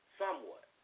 somewhat